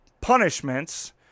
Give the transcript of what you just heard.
punishments